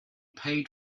paid